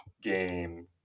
game